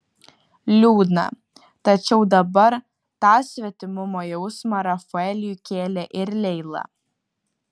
liūdna tačiau dabar tą svetimumo jausmą rafaeliui kėlė ir leila